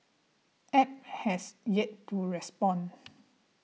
App has yet to respond